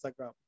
instagram